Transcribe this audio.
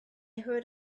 heard